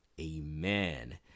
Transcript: Amen